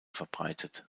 verbreitet